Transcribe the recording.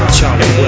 Charlie